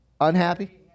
unhappy